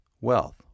wealth